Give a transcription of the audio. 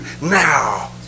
now